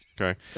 Okay